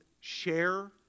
share